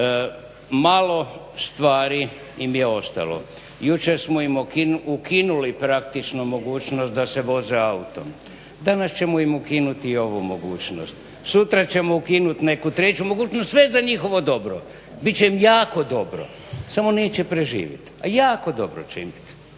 Malo stvari im je ostalo. Jučer smo im ukinuli praktično mogućnost da se voze autom, danas ćemo im ukinuti ovu mogućnost. Sutra ćemo ukinuti neku treću mogućnost, sve za njihovo dobro, bit će im jako dobro, samo neće preživjeti, a jako će im dobro biti.